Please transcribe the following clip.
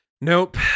Nope